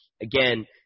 again